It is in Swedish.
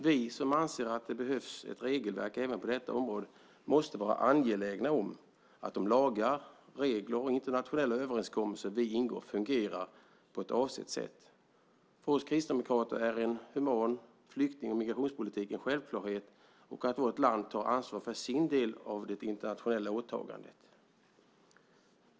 Vi som anser att det behövs ett regelverk även på detta område måste vara angelägna om att de lagar, regler och internationella överenskommelser vi har ingått fungerar på ett avsett sätt. För oss kristdemokrater är en human flykting och migrationspolitik en självklarhet, liksom att vårt land tar ansvar för sin del av det internationella åtagandet.